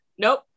nope